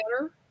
better